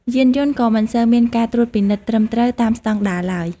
យានយន្តក៏មិនសូវមានការត្រួតពិនិត្យត្រឹមត្រូវតាមស្តង់ដារឡើយ។